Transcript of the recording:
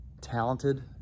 talented